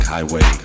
Highway